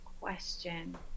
question